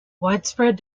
widespread